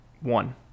one